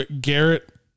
Garrett